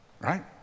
Right